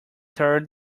thirty